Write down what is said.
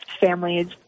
families